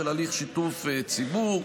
של הליך שיתוף ציבור,